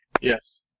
Yes